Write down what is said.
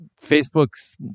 Facebook's